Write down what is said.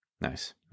Nice